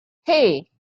hey